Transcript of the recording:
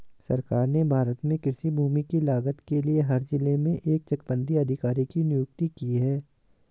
सरकार ने भारत में कृषि भूमि की लागत के लिए हर जिले में एक चकबंदी अधिकारी की नियुक्ति की है